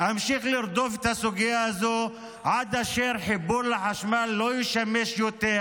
אמשיך לדחוף את הסוגיה הזו עד אשר חיבור לחשמל לא ישמש יותר